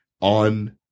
on